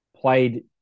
Played